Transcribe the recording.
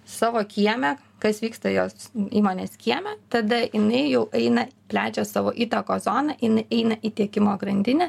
savo kieme kas vyksta jos įmonės kieme tada jinai jau eina plečia savo įtakos zoną jin eina į tiekimo grandinę